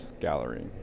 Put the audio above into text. Gallery